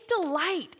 delight